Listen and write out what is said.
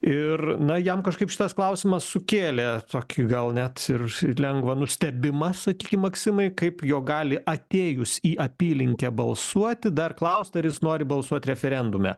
ir na jam kažkaip šitas klausimas sukėlė tokį gal net ir lengvą nustebimą sakykim maksimai kaip jo gali atėjus į apylinkę balsuoti dar klaust ar jis nori balsuot referendume